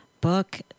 book